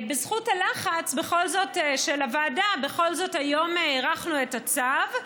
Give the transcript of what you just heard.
בזכות הלחץ של הוועדה בכל זאת היום הארכנו את הצו,